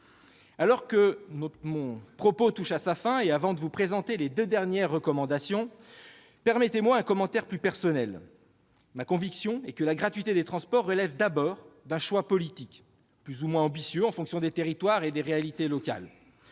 Alors que mon propos touche à sa fin, et avant de vous présenter les deux dernières recommandations du rapport, permettez-moi d'ajouter un commentaire plus personnel. Ma conviction est que la gratuité des transports relève d'abord d'un choix politique, plus ou moins ambitieux en fonction des territoires et des réalités locales.